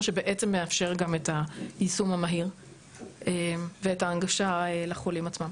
שבעצם מאפשר גם את היישום המהיר ואת ההנגשה לחולים עצמם.